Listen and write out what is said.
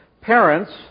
Parents